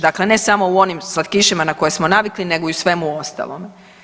Dakle ne samo u onim slatkišima na koje smo navikli nego i u svemu ostalome.